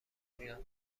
میاد